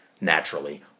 naturally